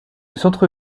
centre